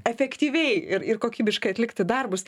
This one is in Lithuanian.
efektyviai ir ir kokybiškai atlikti darbus